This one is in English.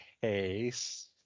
case